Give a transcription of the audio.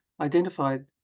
identified